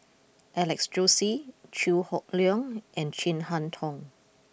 Alex Josey Chew Hock Leong and Chin Harn Tong